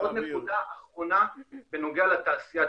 נקודה אחרונה בנוגע לתעשייה,